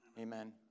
Amen